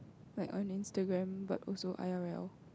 like on Instagram but also I_R_L